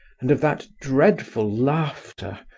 and of that dreadful laughter,